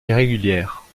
irrégulière